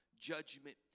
judgment